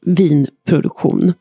vinproduktion